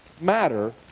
matter